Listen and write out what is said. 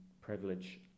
privilege